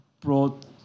brought